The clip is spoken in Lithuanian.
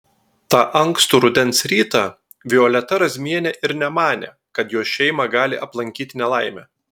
tą ankstų rudens rytą violeta razmienė ir nemanė kad jos šeimą gali aplankyti nelaimė